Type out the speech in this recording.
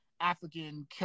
African